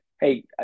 Hey